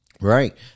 Right